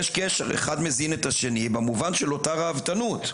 יש קשר, אחד מזין את השני במובן של אותה ראוותנות.